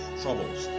troubles